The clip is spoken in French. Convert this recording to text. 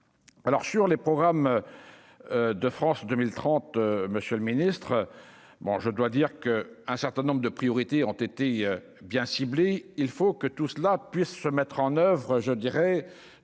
alors sur les programmes de France 2030, monsieur le Ministre, bon je dois dire que un certain nombre de priorités ont été bien ciblés, il faut que tout cela puisse se mettre en oeuvre, je dirais